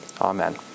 Amen